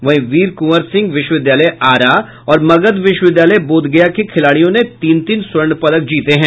वहीं वीर कुंवर सिंह विश्वविद्यालय आरा और मगध विश्वविद्यालय बोधगया के खिलाड़ियों ने तीन तीन स्वर्ण पदक जीते हैं